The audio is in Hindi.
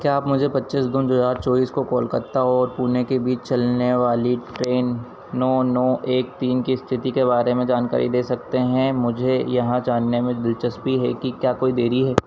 क्या आप मुझे पच्चीस जून दो हज़ार चौबीस को कोलकाता और पुणे के बीच चलने वाली ट्रेन नौ नौ एक तीन की इस्थिति के बारे में जानकारी दे सकते हैं मुझे यह जानने में दिलचस्पी है कि क्या कोई देरी है